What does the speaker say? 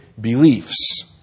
beliefs